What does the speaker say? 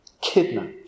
Kidnapped